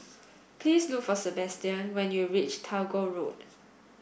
please look for Sebastian when you reach Tagore Road